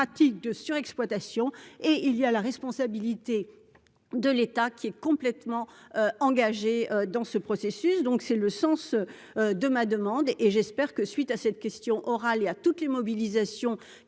de surexploitation et il y a la responsabilité de l'État qui est complètement engagé dans ce processus, donc c'est le sens de ma demande et j'espère que suite à cette question orale et à toutes les mobilisations qui